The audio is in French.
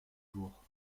jours